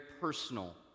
personal